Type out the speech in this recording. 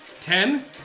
Ten